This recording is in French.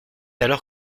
alors